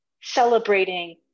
celebrating